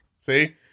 See